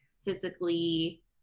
physically